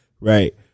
Right